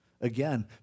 Again